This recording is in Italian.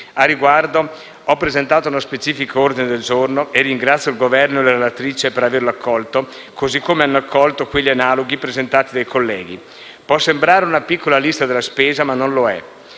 A riguardo ho presentato uno specifico ordine del giorno, e ringrazio il Governo e la relatrice per averlo accolto, così come sono stati accolti quelli analoghi presentati dai colleghi. Può sembrare una piccola lista della spesa, ma non lo è.